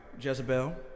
Jezebel